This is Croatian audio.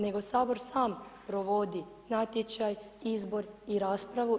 Nego Sabor sam provodi natječaj, izbor i raspravu.